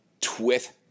twit